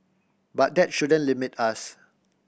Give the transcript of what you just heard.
but that shouldn't limit us